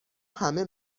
همه